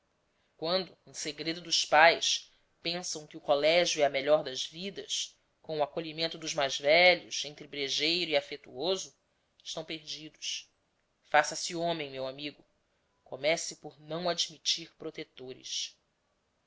quando em segredo dos pais pensam que o colégio é a melhor das vidas com o acolhimento dos mais velhos entre brejeiro e afetuoso estão perdidos faça-se homem meu amigo comece por não admitir protetores